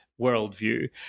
worldview